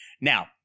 Now